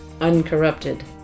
Uncorrupted